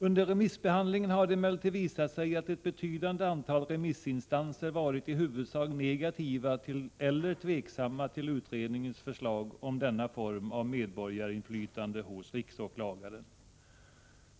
Under remissbehandlingen har det emellertid visat sig att ett betydande antal remissinstanser varit i huvudsak negativa eller tveksamma inför utredningens förslag om denna form av medborgarinflytande hos riksåklagaren.